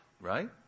right